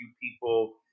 people